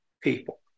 people